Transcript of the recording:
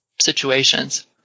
situations